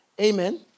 Amen